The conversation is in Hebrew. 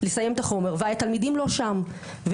לסיים את החומר, והתלמידים לא שם.